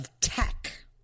tech